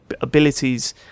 abilities